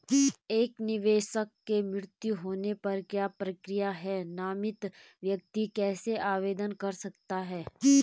एक निवेशक के मृत्यु होने पर क्या प्रक्रिया है नामित व्यक्ति कैसे आवेदन कर सकता है?